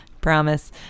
Promise